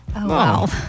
wow